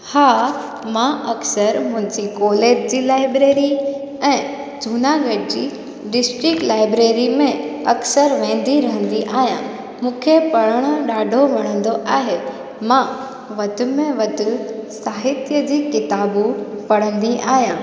हा मां अक्सर मुंहिंजी कॉलेज जी लाइब्रेरी ऐं जूनागढ़ जी डिस्ट्रिक्ट लाइब्रेरी में अक्सर विहंदी रहंदी आहियां मूंखे पढ़णु ॾाढो वणंदो आहे मां वधि में वधि साहित्य जी किताबूं पढ़ंदी आहियां